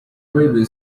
railway